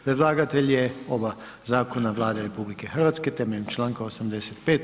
Predlagatelj je oba zakona Vlada RH temeljem Članka 85.